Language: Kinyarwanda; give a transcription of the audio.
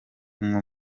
nko